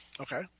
Okay